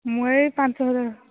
ମୁଁ ଏଇ ପାଞ୍ଚହଜାର